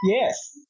Yes